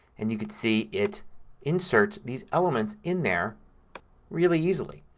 and you can see it inserts these elements in there really easily.